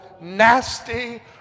nasty